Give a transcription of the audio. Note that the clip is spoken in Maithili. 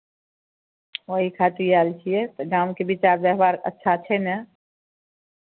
ओही खातिर आयल छियै तऽ गामके विचार व्यवहार अच्छा छै ने